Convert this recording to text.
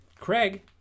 Craig